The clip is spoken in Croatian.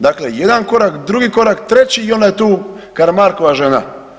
Dakle, jedan korak, drugi korak, treći i onda je tu Karamarkova žena.